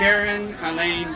there and i mean